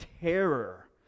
terror